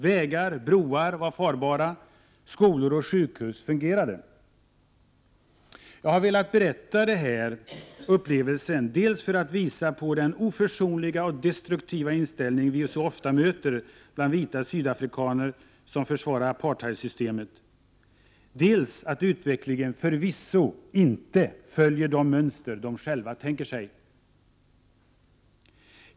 Vägar och broar var farbara och skolor och sjukhus fungerade. Jag har velat berätta om denna upplevelse dels för att visa på den oförsonliga och destruktiva inställningen vi så ofta möter bland vita sydafrikaner som försvarar apartheidsystemet, dels att utvecklingen förvisso inte följer de mönster de själva har tänkt sig.